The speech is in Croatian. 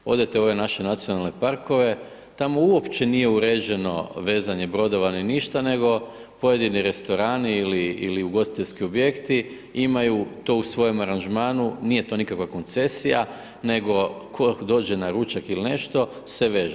Odete u ove naše nacionalne parkove, tamo uopće nije uređeno vezanje brodova ni ništa nego pojedini restorani ili ugostiteljski objekti imaju to u svojem aranžmanu, nije to nikakva koncesija nego tko dođe na ručak ili nešto, se veže.